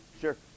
Sure